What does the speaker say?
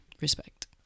respect